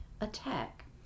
attack